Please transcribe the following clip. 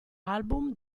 album